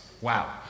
Wow